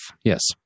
Yes